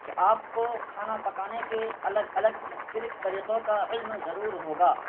کہ آپ کو کھانا پکانے کے الگ الگ مختلف طریقوں کا علم ضرور ہوگا